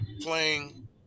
playing